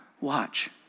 Watch